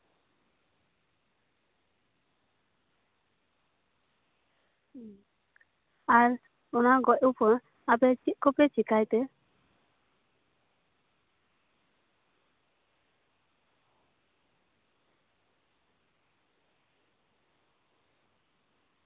ᱟᱨ ᱚᱱᱟ ᱜᱚᱡ ᱯᱚᱨ ᱟᱯᱮ ᱪᱮᱫ ᱠᱚᱯᱮ ᱪᱮᱠᱟᱭᱛᱮ